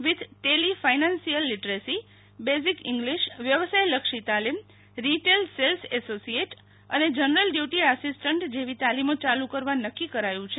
with Tally financial literacy basic English વ્યવસાયલક્ષી તાલીમ retail sales associate અને જનરલ ડયુટી આસિસ્ટન્ટ જેવી તાલીમો ચાલુ કરવા નક્કી કરાયું છે